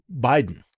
Biden